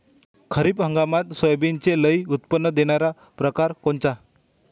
खरीप हंगामात सोयाबीनचे लई उत्पन्न देणारा परकार कोनचा?